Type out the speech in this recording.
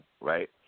right